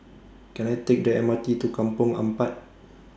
Can I Take The M R T to Kampong Ampat